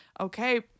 Okay